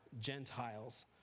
Gentiles